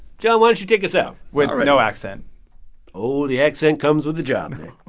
john, why don't you take us out? with no accent oh, the accent comes with the job, nick.